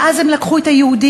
ואז הם לקחו את היהודים,